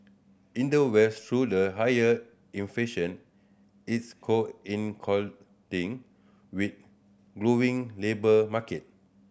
in the West though the higher inflation is with glowing labour market